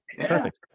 Perfect